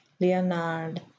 Leonard